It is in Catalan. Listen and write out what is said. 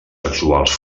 sexuals